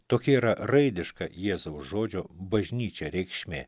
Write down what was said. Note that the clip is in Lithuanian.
tokia yra raidiška jėzaus žodžio bažnyčia reikšmė